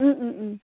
ও ও ও